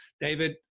David